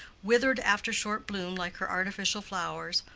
withered after short bloom like her artificial flowers,